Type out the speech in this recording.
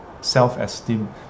self-esteem